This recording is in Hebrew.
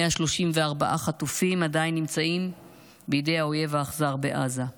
134 חטופים עדיין נמצאים בידי האויב האכזר בעזה.